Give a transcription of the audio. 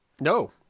No